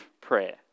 prayer